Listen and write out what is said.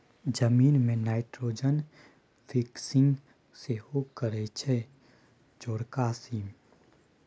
जमीन मे nitrogen fixing सेहो करय छै चौरका सीम